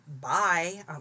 bye